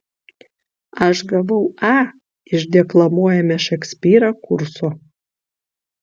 aš gavau a iš deklamuojame šekspyrą kurso